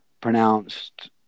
pronounced